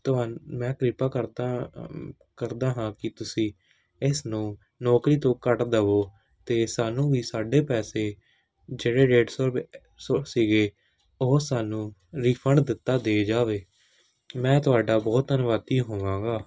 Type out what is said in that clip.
ਤੁਹਾਨੂੰ ਮੈਂ ਕਿਰਪਾ ਕਰਦਾ ਕਰਦਾ ਹਾਂ ਕਿ ਤੁਸੀਂ ਇਸ ਨੂੰ ਨੌਕਰੀ ਤੋਂ ਕੱਢ ਦਵੋ ਅਤੇ ਸਾਨੂੰ ਵੀ ਸਾਡੇ ਪੈਸੇ ਜਿਹੜੇ ਡੇਢ ਸੌ ਰੁਪਏ ਸੌ ਸੀਗੇ ਉਹ ਸਾਨੂੰ ਰਿਫੰਡ ਦਿੱਤਾ ਦੇ ਜਾਵੇ ਮੈਂ ਤੁਹਾਡਾ ਬਹੁਤ ਧੰਨਵਾਦੀ ਹੋਵਾਂਗਾ